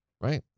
right